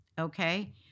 Okay